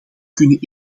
kunnen